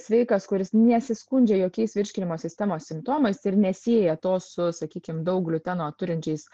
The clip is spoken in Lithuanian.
sveikas kuris nesiskundžia jokiais virškinimo sistemos simptomais ir nesieja to su sakykim daug gliuteno turinčiais